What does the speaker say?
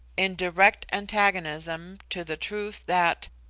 in direct antagonism to the truth that,